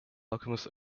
alchemist